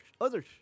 Others